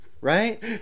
Right